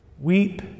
Weep